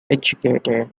educated